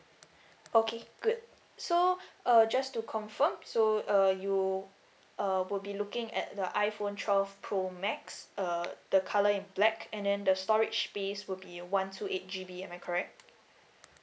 okay good so uh just to confirm so uh you uh would be looking at the iPhone twelve pro max uh the colour in black and then the storage base would be one two eight G_B am I correct